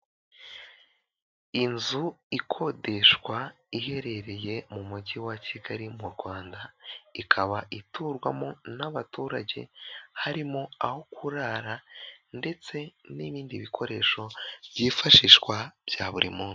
Inzu ikodeshwa iherereye mu mujyi wa Kigali mu Rwanda, ikaba iturwamo n'abaturage harimo aho kurara ndetse n'ibindi bikoresho byifashishwa bya buri muntu.